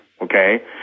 Okay